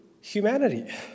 humanity